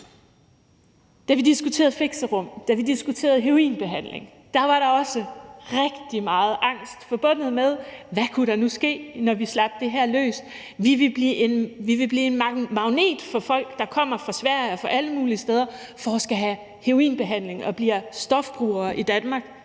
da vi diskuterede heroinbehandling, var der også rigtig meget angst forbundet med det, for hvad kunne der nu ske, når vi slap det her løs? Ville vi blive en magnet for folk, der kom fra Sverige og alle mulige steder fra for at få heroinbehandling og blive stofbrugere i Danmark?